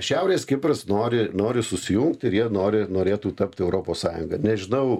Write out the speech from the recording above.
šiaurės kipras nori nori susijungti ir jie nori norėtų tapti europos sąjunga nežinau